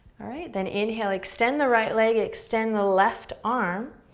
alright, then inhale, extend the right leg, extend the left arm.